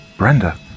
Brenda